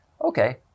Okay